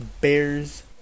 Bears